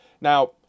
now